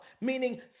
meaning